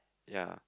ya